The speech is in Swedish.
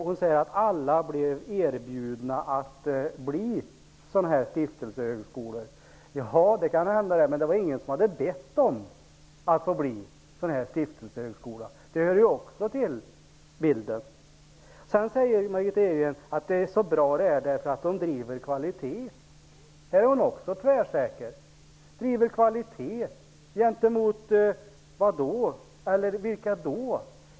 Hon säger att alla blev erbjudna att bli stiftelsehögskolor. Det kan hända, men det var ingen som hade bett om att få bli en stiftelsehögskola. Det hör också till bilden. Sedan säger Margitta Edgren att de är så bra, att de driver kvaliteten. Här är hon också tvärsäker. Driver kvaliteten -- gentemot vilka?